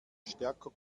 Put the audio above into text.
stärker